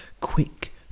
quick